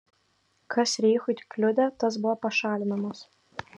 kas reichui kliudė tas buvo pašalinamas